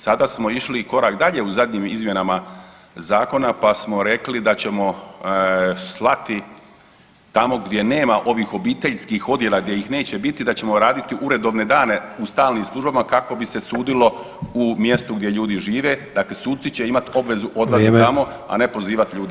Sada smo išli i korak dalje u zadnjim izmjenama zakona pa smo rekli da ćemo slati tamo gdje nema ovih obiteljskih odjela, gdje ih neće biti da ćemo raditi uredovne dane u stalnim službama kako bi se sudilo u mjestu gdje ljudi žive, dakle suci će imati obvezu odlazit tamo [[Upadica: Vrijeme.]] a ne pozivat ljude.